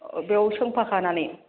औ बेयाव सोंफाखानानै